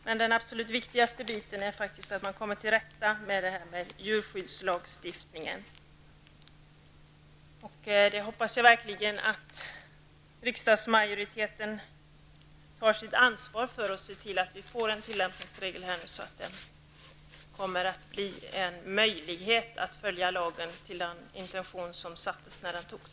Men det absolut viktigaste är faktiskt att man kommer till rätta med frågan om djurskyddslagstiftningen. Jag hoppas verkligen att riksdagsmajoriteten tar sitt ansvar och ser till att vi får en tillämpningsregel sådan att det blir möjligt att följa lagen efter den intention som ställdes upp när den antogs.